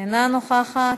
אינה נוכחת.